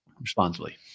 responsibly